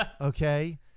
Okay